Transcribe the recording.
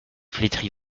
flétrie